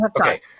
okay